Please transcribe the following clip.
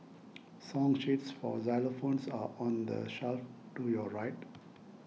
song sheets for xylophones are on the shelf to your right